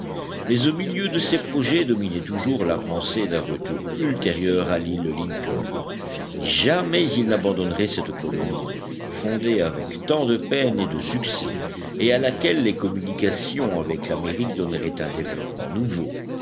mais au milieu de ces projets dominait toujours la pensée d'un retour ultérieur à l'île lincoln jamais ils n'abandonneraient cette colonie fondée avec tant de peines et de succès et à laquelle les communications avec l'amérique donneraient un développement nouveau